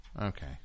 Okay